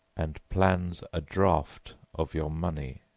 and plans a draft of your money.